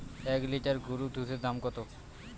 এক লিটার গোরুর দুধের দাম কত?